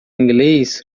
inglês